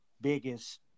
biggest